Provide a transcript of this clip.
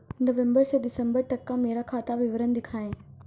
नवंबर से दिसंबर तक का मेरा खाता विवरण दिखाएं?